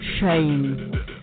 Shame